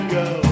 go